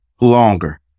longer